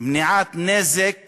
מניעת נזק